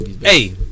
Hey